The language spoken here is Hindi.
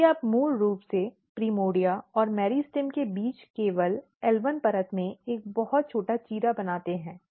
यदि आप मूल रूप से प्राइमोर्डिया और मेरिस्टेम के बीच केवल एल 1 परत में एक बहुत छोटा चीरा बनाते हैं